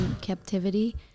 captivity